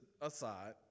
aside